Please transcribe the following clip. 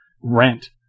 rent